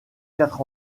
quatre